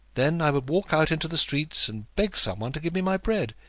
then i would walk out into the streets, and beg some one to give me my bread.